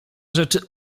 rzeczy